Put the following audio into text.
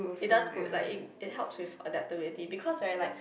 it does good like it it helps with adaptability because right like